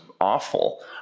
awful